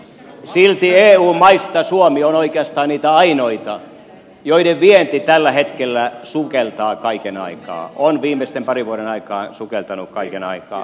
silti eu maista suomi on oikeastaan niitä ainoita joiden vienti tällä hetkellä sukeltaa kaiken aikaa on viimeisten parin vuoden aikaan sukeltanut kaiken aikaa